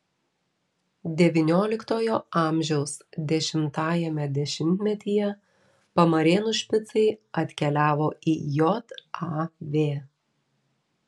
devynioliktojo amžiaus dešimtajame dešimtmetyje pamarėnų špicai atkeliavo į jav